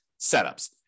setups